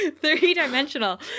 three-dimensional